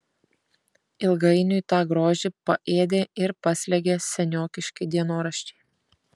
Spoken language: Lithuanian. ilgainiui tą grožį paėdė ir paslėgė seniokiški dienoraščiai